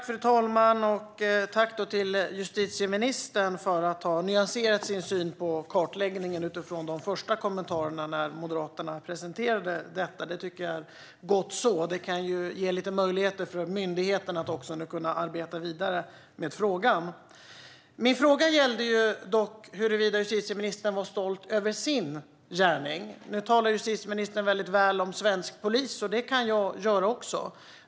Fru talman! Jag tackar justitieministern för att han nyanserar sin syn på kartläggningen utifrån de första kommentarerna när Moderaterna presenterade detta. Det är gott så, och det kan ge myndigheten lite möjligheter att nu arbeta vidare med frågan. Min ena fråga gällde dock huruvida justitieministern var stolt över sin gärning. Nu talar justitieministern väldigt väl om svensk polis, och det kan jag också göra.